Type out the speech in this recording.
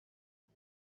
but